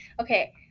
Okay